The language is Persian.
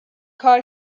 کار